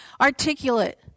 articulate